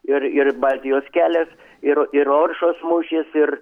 ir ir baltijos kelias ir ir oršos mūšis ir